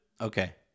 Okay